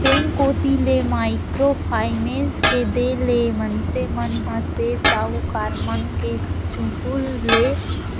bank कोती ले micro finance के देय ले मनसे मन ह सेठ साहूकार मन के चुगूल ले